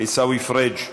אינה נוכחת, עיסאווי פריג'